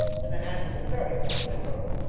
and that anne was a very fortunate girl.